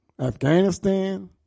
Afghanistan